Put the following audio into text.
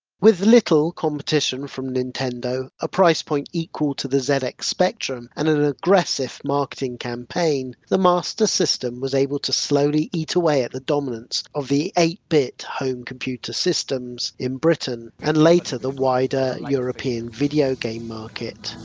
with little competition from nintendo, a price point equal to the zx like spectrum, and an aggressive marketing campaign the master system was able to slowly eat away at the dominance of the eight bit home computer systems in britain, and later the wider european video game market.